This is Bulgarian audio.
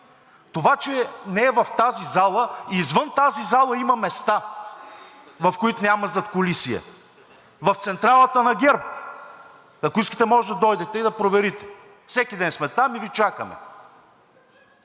Това, че не е в тази зала, и извън тази зала има места, в които няма задкулисие. В централата на ГЕРБ, ако искате, може да дойдете и да проверите. Всеки ден сме там и Ви чакаме.